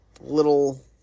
little